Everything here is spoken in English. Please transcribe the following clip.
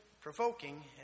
provoking